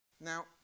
Now